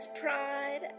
pride